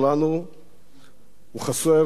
הוא חסר בעיקר לבני המשפחה,